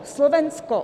Slovensko.